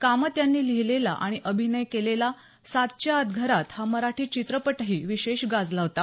कामत यांनी लिहिलेला आणि अभिनय केलेला सातच्या आत घरात हा मराठी चित्रपटही विशेष गाजला होता